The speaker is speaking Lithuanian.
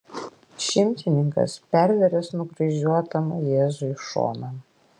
šimtininkas pervėręs nukryžiuotam jėzui šoną